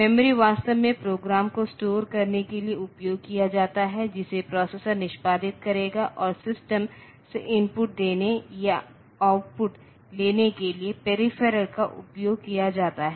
memory वास्तव में program को स्टोर करने के लिए उपयोग किया जाता है जिसे प्रोसेसर निष्पादित करेगा और सिस्टम से इनपुट देने या आउटपुट लेने के लिए पेरीफेरल का उपयोग किया जाता है